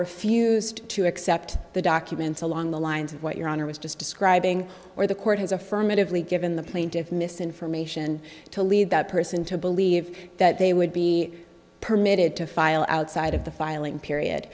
refused to accept the documents along the lines of what your honor was just describing or the court has affirmatively given the plaintiff's misinformation to lead that person to believe that they would be permitted to file outside of the filing period